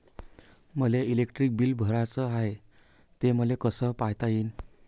मले electric bill भराचं हाय, ते मले कस पायता येईन?